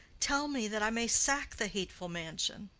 tell me, that i may sack the hateful mansion.